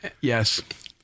Yes